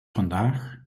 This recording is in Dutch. vandaag